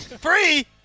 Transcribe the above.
Free